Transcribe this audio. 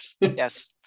yes